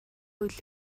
үйл